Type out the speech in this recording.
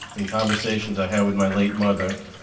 in conversations i had with my late mother